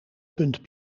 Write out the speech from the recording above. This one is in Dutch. punt